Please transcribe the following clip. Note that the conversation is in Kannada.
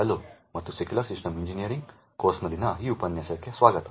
ಹಲೋ ಮತ್ತು ಸೆಕ್ಯೂರ್ ಸಿಸ್ಟಮ್ಸ್ ಇಂಜಿನಿಯರಿಂಗ್ ಕೋರ್ಸ್ನಲ್ಲಿನ ಈ ಉಪನ್ಯಾಸಕ್ಕೆ ಸ್ವಾಗತ